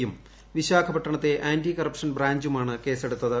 ്യും വിശ്രാഖപ്ട്ടണത്തെ anti corruption ബ്രാഞ്ചുമാണ് കേസെടുത്തത്